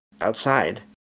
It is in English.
outside